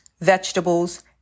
vegetables